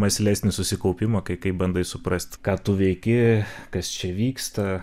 mąslesnį susikaupimą kai kai bandai suprast ką tu veiki kas čia vyksta